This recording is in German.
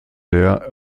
der